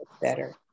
better